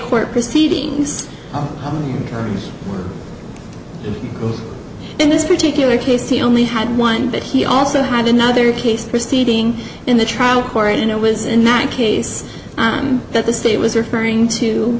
court proceedings in this particular case he only had one but he also had another case proceeding in the trial court and it was in that case that the state was referring to